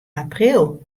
april